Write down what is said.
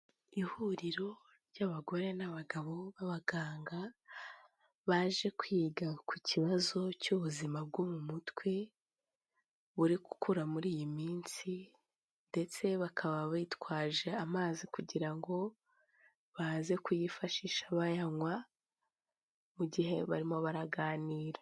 Ihuriro ry'abagore n'abagabo b'abaganga baje kwiga ku kibazo cy'ubuzima bwo mu mutwe, buri gukura muri iyi minsi ndetse bakaba bitwaje amazi kugira ngo baze kuyifashisha bayanywa mu gihe barimo baraganira.